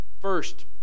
first